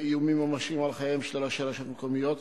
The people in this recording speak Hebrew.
באיומים ממשיים על חייהם של ראשי רשויות מקומיות,